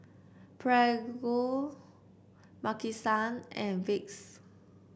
Prego Maki San and Vicks